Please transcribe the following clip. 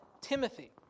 Timothy